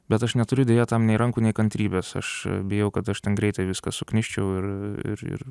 bet aš neturiu deja tam nei rankų nei kantrybės aš bijau kad aš ten greitai viską suknisčiau ir ir ir